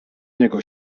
niego